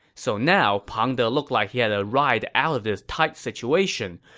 so now, pang de looked like he had a ride out of this tight situation.